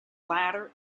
latter